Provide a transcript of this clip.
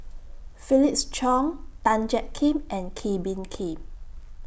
Felix Cheong Tan Jiak Kim and Kee Bee Khim